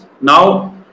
Now